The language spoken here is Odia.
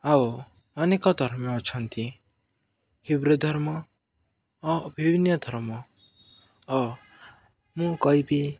ଆଉ ଅନେକ ଧର୍ମ ଅଛନ୍ତି ହିନ୍ଦୁ ଧର୍ମ ଓ ବିଭିନ୍ନ ଧର୍ମ ଓ ମୁଁ କହିବି